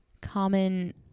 common